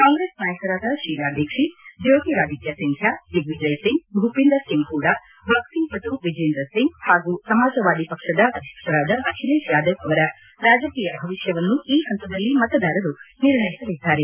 ಕಾಂಗ್ರೆಸ್ ನಾಯಕರಾದ ಶೀಲಾ ದೀಕ್ಷಿತ್ ಜ್ಯೋತಿರಾದಿತ್ತ ಸಿಂಧ್ಯಾ ದಿಗ್ನಿಜಯಸಿಂಗ್ ಬೂಪಿಂದರ್ ಸಿಂಗ್ ಹೂಡ ಬಾಕ್ಸಿಂಗ್ ಪಟು ವಿಜೇಂದರ್ ಸಿಂಗ್ ಹಾಗೂ ಸಮಾಜವಾದಿ ಪಕ್ಷದ ಅಧ್ಯಕ್ಷರಾದ ಅಖಿಲೇಶ್ ಯಾದವ್ ಅವರ ರಾಜಕೀಯ ಭವಿಷ್ಣವನ್ನು ಈ ಹಂತದಲ್ಲಿ ಮತದಾರರು ನಿರ್ಣಯಿಸಲಿದ್ದಾರೆ